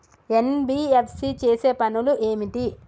NBFC చేసే పనులు ఏమిటి?